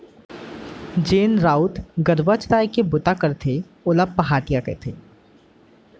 जेन राउत गरूवा चराय के बूता करथे ओला पहाटिया कथें